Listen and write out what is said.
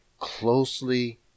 closely